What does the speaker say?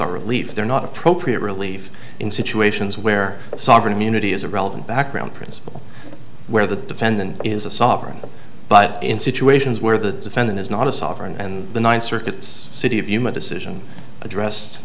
or relief they're not appropriate relief in situations where sovereign immunity is a relevant background principle where the defendant is a sovereign but in situations where the senate is not a sovereign and the ninth circuit city of human decision addressed